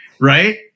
right